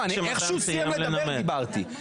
איך שהוא סיים לדבר דיברתי.